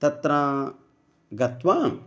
तत्र गत्वा